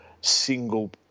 single